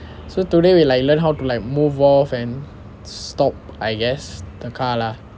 so today we like learn how to like move off and stop I guess the car lah